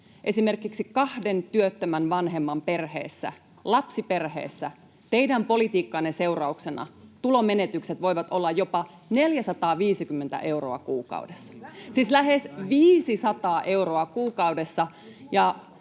esimerkiksi kahden työttömän vanhemman perheessä, lapsiperheessä, teidän politiikkanne seurauksena tulonmenetykset voivat olla jopa 450 euroa kuukaudessa, [Krista Kiuru: